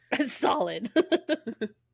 solid